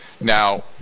Now